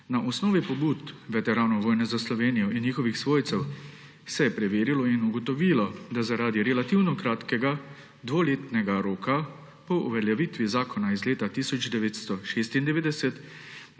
Na osnovi pobud veteranov vojne za Slovenijo in njihovih svojcev se je preverilo in ugotovilo, da zaradi relativno kratkega dvoletnega roka po uveljavitvi zakona iz leta 1996